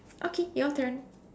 okay your turn